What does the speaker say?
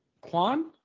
Kwan